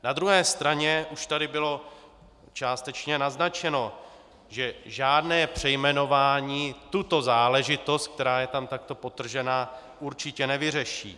Na druhé straně už tady bylo částečně naznačeno, že žádné přejmenování tuto záležitost, která je tam takto podtržena, určitě nevyřeší.